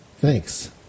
Thanks